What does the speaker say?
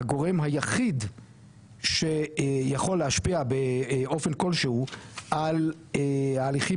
הגורם היחיד שיכול להשפיע באופן כלשהו על ההליכים